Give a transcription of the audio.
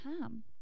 time